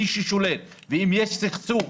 אם יש סכסוך